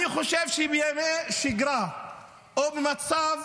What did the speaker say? אני חושב שבימי שגרה או במצב